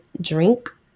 drink